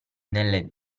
nelle